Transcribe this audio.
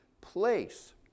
place